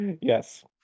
yes